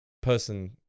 person